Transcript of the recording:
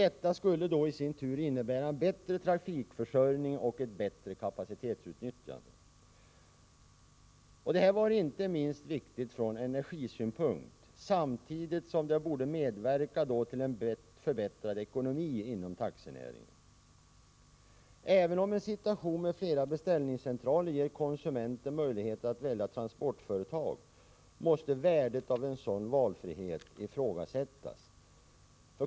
Detta skulle i sin tur innebära en bättre trafikförsörjning och ett bättre kapacitetsutnyttjande. Det var inte minst viktigt från energisynpunkt, samtidigt som det borde medverka till en förbättrad ekonomi inom taxinäringen. Även om en situation med flera beställningscentraler ger konsumenten möjlighet att välja transportföretag, måste värdet av en sådan valfrihet ifrågasättas.